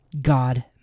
God